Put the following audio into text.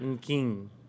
King